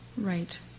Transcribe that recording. Right